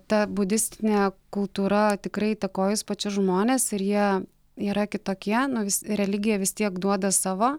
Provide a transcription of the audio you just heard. ta budistinė kultūra tikrai įtakojus pačius žmones ir jie yra kitokie nu vis religija vis tiek duoda savo